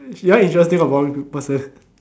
you want interesting or boring p~ person